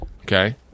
Okay